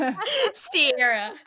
Sierra